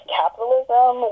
capitalism